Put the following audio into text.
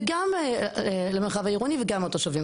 וגם למרחב העירוני וגם התושבים.